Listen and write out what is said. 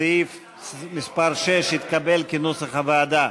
סעיף מס' 6 התקבל כנוסח הוועדה.